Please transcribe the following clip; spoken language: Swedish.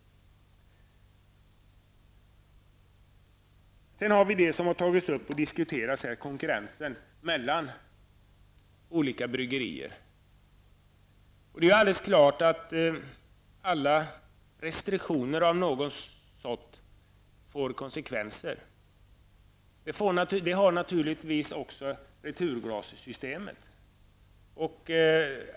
Sedan har här diskuterats konkurrensen mellan olika bryggerier. Det är helt klart att alla restriktioner av något slag får konsekvenser. Det har naturligtvis också returglassystemet.